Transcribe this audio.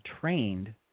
trained